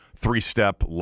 three-step